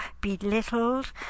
belittled